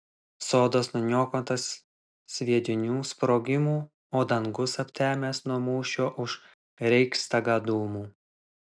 sodas nuniokotas sviedinių sprogimų o dangus aptemęs nuo mūšio už reichstagą dūmų